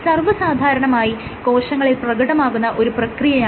സർവ്വ സാധാരണമായി കോശങ്ങളിൽ പ്രകടമാകുന്ന ഒരു പ്രക്രിയയാണിത്